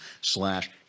slash